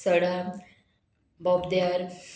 सडा बोगद्यार